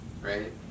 right